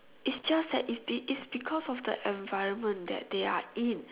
is just that is be is because of the environment that they are in